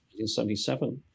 1977